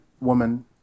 woman